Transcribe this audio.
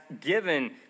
given